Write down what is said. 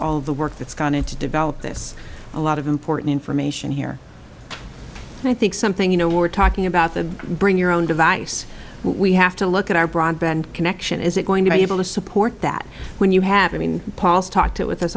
all the work that's gone into develop this a lot of important information here and i think something you know we're talking about the bring your own device we have to look at our broadband connection is it going to be able to support that when you have a